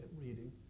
reading